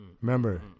Remember